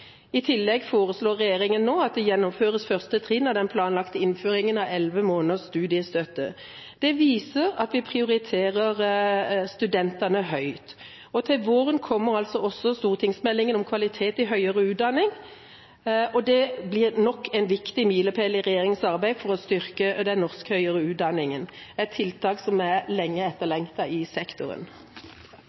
I tillegg foreslår regjeringa nå at første trinn av den planlagte innføringen av elleve måneders studiestøtte gjennomføres. Dette viser at vi prioriterer studentene høyt. Til våren kommer også stortingsmeldingen om kvalitet i høyere utdanning, og det blir nok en viktig milepæl i regjeringas arbeid for å styrke norsk høyere utdanning – et tiltak som er lenge etterlengtet i sektoren.